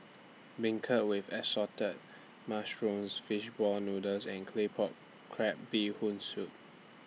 Beancurd with Assorted Mushrooms Fish Ball Noodles and Claypot Crab Bee Hoon Soup